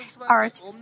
art